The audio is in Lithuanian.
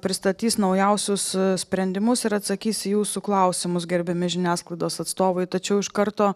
pristatys naujausius sprendimus ir atsakys į jūsų klausimus gerbiami žiniasklaidos atstovai tačiau iš karto